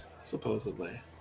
supposedly